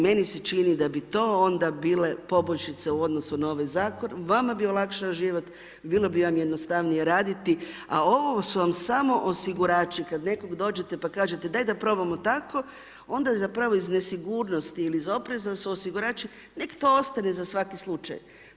Meni se čini da bi to onda bile poboljšice u odnosu na ovaj zakon, vama bi olakšao život i bilo bi vam jednostavnije raditi, a ovo su vam samo osigurači, kada nekog dođete i pa kažete, daj da probamo tako, onda zapravo iz nesigurnosti ili iz oprema su osigurači, nek to ostane za svaki slučaj.